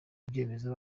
ivyemeza